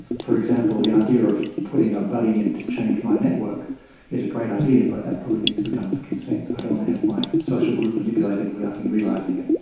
for example, the idea of putting a buddy in to change my network is a great idea, but that probably needs to be done with consent. i don't want to have my social group manipulated without me realising it.